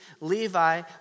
Levi